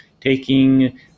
taking